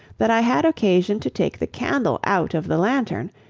that i had occasion to take the candle out of the lanthorn,